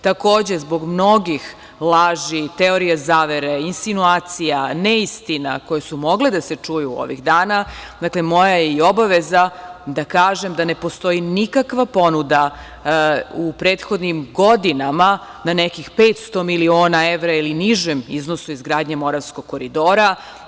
Takođe, zbog mnogih laži, teorija zavere, insinuacija, neistina koje su mogle da se čuju ovih dana, moja je i obaveza da kažem da ne postoji nikakva ponuda u prethodnim godinama na nekih 500 miliona evra ili nižem iznosu izgradnje Moravskog koridora.